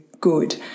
good